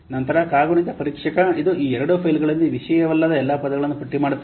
ನಂತರ ಕಾಗುಣಿತ ಪರೀಕ್ಷಕ ಇದು ಈ ಎರಡೂ ಫೈಲ್ಗಳಲ್ಲಿ ವಿಷಯವಲ್ಲದ ಎಲ್ಲಾ ಪದಗಳನ್ನು ಪಟ್ಟಿ ಮಾಡುತ್ತದೆ